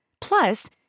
Plus